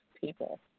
people